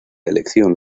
elección